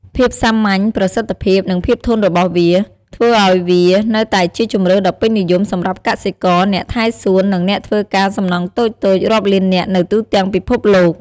ភាពសាមញ្ញ ប្រសិទ្ធភាព និងភាពធន់របស់វា ធ្វើឱ្យវានៅតែជាជម្រើសដ៏ពេញនិយមសម្រាប់កសិករ អ្នកថែសួន និងអ្នកធ្វើការសំណង់តូចៗរាប់លាននាក់នៅទូទាំងពិភពលោក។